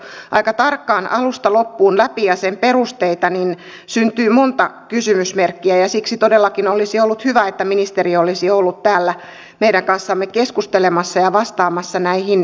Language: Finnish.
kun tätä lakia on lukenut aika tarkkaan alusta loppuun läpi ja sen perusteita syntyy monta kysymysmerkkiä ja siksi todellakin olisi ollut hyvä että ministeri olisi ollut täällä meidän kanssamme keskustelemassa ja vastaamassa näihin kysymyksiin